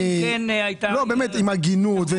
באמת, עם הגינות.